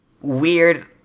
weird